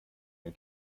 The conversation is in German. ein